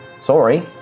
Sorry